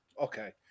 Okay